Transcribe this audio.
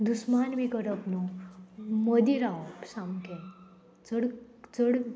दुस्मान बी करप न्हू मदीं रावप सामकें चड चड